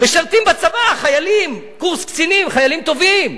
משרתים בצבא חיילים, קורס קצינים, חיילים טובים.